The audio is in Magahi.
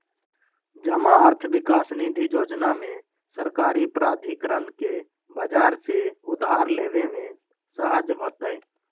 जमा अर्थ विकास निधि जोजना में सरकारी प्राधिकरण के बजार से उधार लेबे में सहज होतइ